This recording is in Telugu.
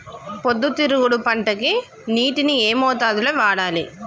పొద్దుతిరుగుడు పంటకి నీటిని ఏ మోతాదు లో వాడాలి?